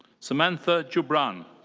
samantha joubran.